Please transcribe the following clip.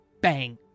Bang